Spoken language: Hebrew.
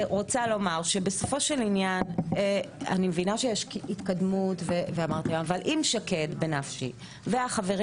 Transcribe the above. בסופו של עניין אני מבינה שיש התקדמות אבל אם שקד בנפשי והחברים